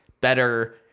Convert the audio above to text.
better